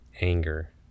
anger